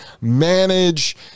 manage